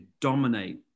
dominate